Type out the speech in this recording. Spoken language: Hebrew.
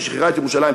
ששחררה את ירושלים,